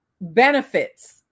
benefits